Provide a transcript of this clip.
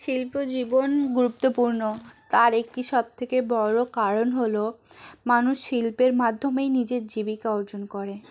শিল্পজীবন গুরুত্বপূর্ণ তার একটি সবথেকে বড়ো কারণ হলো মানুষ শিল্পের মাধ্যমেই নিজের জীবিকা অর্জন করে